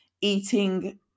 eating